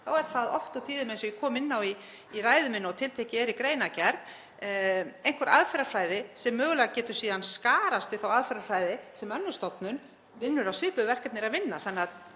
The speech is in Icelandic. þá er það oft og tíðum, eins og ég kom inn á í ræðu minni og tiltekið er í greinargerð, einhver aðferðafræði sem mögulega getur síðan skarast við þá aðferðafræði sem önnur stofnun vinnur eftir og svipuð verkefni er að vinna.